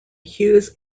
hughes